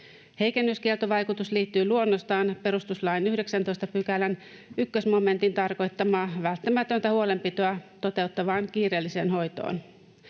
Heikennyskieltovaikutus liittyy luonnostaan perustuslain 19 §:n 1 momentin tarkoittamaa välttämätöntä huolenpitoa toteuttavaan kiireelliseen hoitoon.